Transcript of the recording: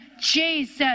Jesus